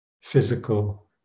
physical